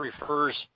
refers